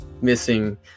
missing